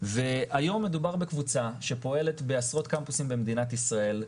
והיום מדובר בקבוצה שפועלת בעשרות קמפוסים במדינת ישראל,